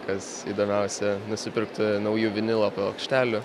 kas įdomiausia nusipirkti naujų vinilo plokštelių